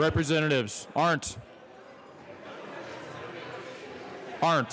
representatives aren't aren't